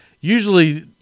Usually